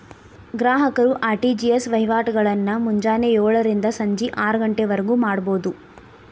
ಗ್ರಾಹಕರು ಆರ್.ಟಿ.ಜಿ.ಎಸ್ ವಹಿವಾಟಗಳನ್ನ ಮುಂಜಾನೆ ಯೋಳರಿಂದ ಸಂಜಿ ಆರಗಂಟಿವರ್ಗು ಮಾಡಬೋದು